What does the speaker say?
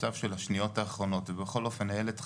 מצב של השניות האחרונות, זה בכל אופן הילד חי,